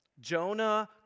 Jonah